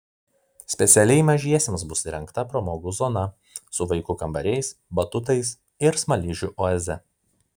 specialiai mažiesiems bus įrengta pramogų zona su vaikų kambariais batutais ir smaližių oaze